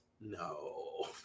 no